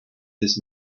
this